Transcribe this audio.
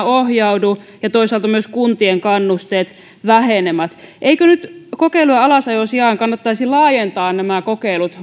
ohjaudu ja toisaalta myös kuntien kannusteet vähenevät eikö nyt kokeilujen alasajon sijaan kannattaisi laajentaa nämä kokeilut